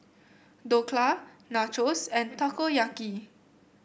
Dhokla Nachos and Takoyaki